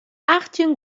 achttjin